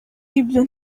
ibyo